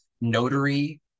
Notary